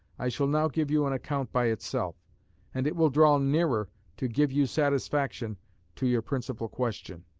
i shall now give you an account by itself and it will draw nearer to give you satisfaction to your principal question.